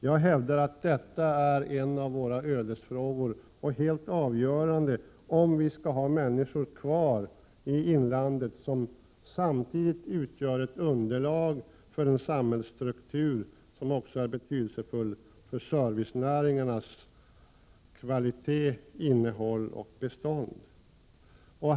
Jag hävdar att detta är en av våra ödesfrågor, helt avgörande för om vi skall ha människor kvar i inlandet, som samtidigt utgör underlag för en samhällsstruktur som också är betydelsefull för servicenäringarnas kvalitet, innehåll och bestånd.